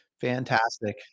Fantastic